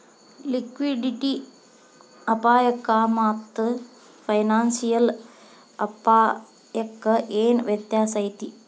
Liquidity ಅಪಾಯಕ್ಕಾಮಾತ್ತ financial ಅಪ್ಪಾಯಕ್ಕ ಏನ್ ವ್ಯತ್ಯಾಸೈತಿ?